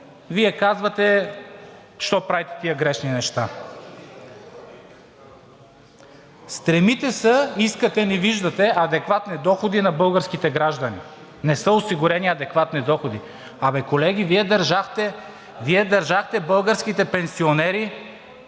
Вие казвате: защо правите тези грешни неща?! Стремите се, искате, а не виждате адекватни доходи на българските граждани, не са осигурени адекватни доходи. А бе, колеги, Вие държахте българските пенсионери